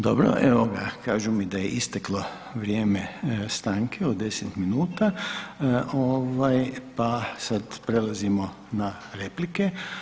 Dobro, evo kažu mi da je isteklo vrijeme stanke od 10 minuta ovaj pa sada prelazimo na replike.